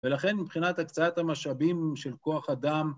ולכן מבחינת הקצאת המשאבים של כוח אדם...